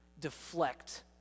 deflect